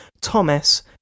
Thomas